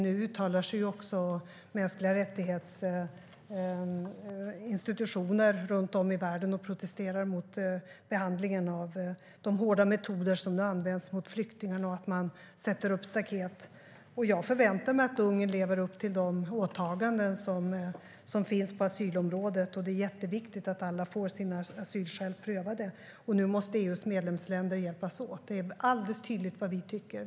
Nu uttalar sig också institutioner för mänskliga rättigheter runt om i världen och protesterar mot behandlingen av flyktingarna, de hårda metoder som används mot dem och att man sätter upp staket. Jag förväntar mig att Ungern lever upp till de åtaganden som finns på asylområdet. Det är jätteviktigt att alla får sina asylskäl prövade. Nu måste EU:s medlemsländer hjälpas åt. Det är alldeles tydligt vad vi tycker.